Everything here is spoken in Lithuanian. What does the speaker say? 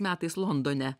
metais londone